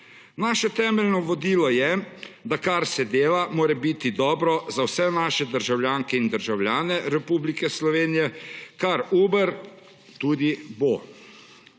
Naše temeljno vodilo je, da kar se dela morebiti dobro za vse naše državljanke in državljane Republike Slovenije, kar Uber tudi bo.